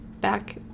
back